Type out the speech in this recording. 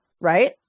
right